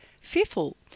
fearful